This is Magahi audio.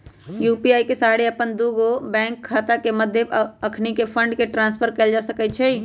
यू.पी.आई के सहारे अप्पन दुगो बैंक खता के मध्य अखनी फंड के ट्रांसफर कएल जा सकैछइ